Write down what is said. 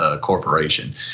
corporation